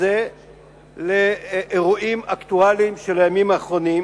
הזה לאירועים אקטואליים של הימים האחרונים,